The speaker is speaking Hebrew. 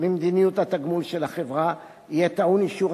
ממדיניות התגמול של החברה יהיה טעון אישור